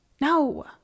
No